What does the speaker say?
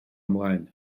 ymlaen